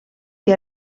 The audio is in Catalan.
que